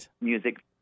music